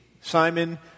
Simon